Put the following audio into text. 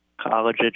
college